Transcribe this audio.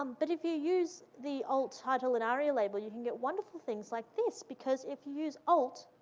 um but if you use the alt title and aria label, you can get wonderful things like this, because if you use alt,